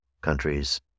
countries